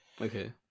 Okay